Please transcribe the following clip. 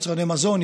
יצרני מזון,